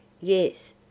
Yes